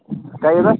ꯀꯩ ꯍꯥꯏꯕ